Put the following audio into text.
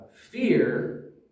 Fear